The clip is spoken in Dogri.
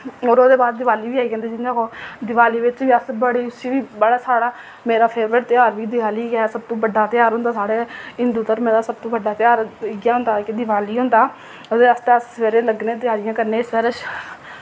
और ओह्दे बाद दिवाली बी आई जंदी जि'यां कि देआली बिच बी अस बड़ी उस्सी बी बड़ा साढ़ा मेरा फेवरेट तेहार बी देआली गै सबतों बड्डा तेहार होंदा साढ़ै हिन्दू धर्मे दा सबतों बड्डा तेहार इ'यै होंदा इक देआली होंदा ओह्दे आस्तै अस सवेरे लगने तेआरियां करने सवेरै